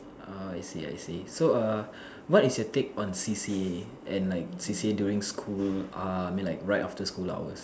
ah I see I see so err what is your take on C_C_A and like C_C_A during school uh I mean like right after school hours